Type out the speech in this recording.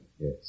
yes